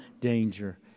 danger